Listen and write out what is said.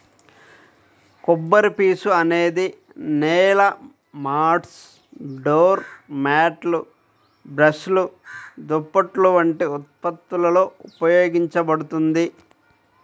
కొబ్బరిపీచు అనేది నేల మాట్స్, డోర్ మ్యాట్లు, బ్రష్లు, దుప్పట్లు వంటి ఉత్పత్తులలో ఉపయోగించబడుతుంది